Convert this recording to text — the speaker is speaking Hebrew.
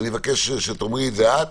ואני מבקש שתאמרי את זה את,